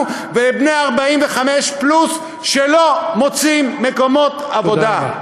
ולבני 45 פלוס שלא מוצאים מקומות עבודה.